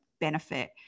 benefit